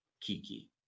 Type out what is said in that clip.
Kiki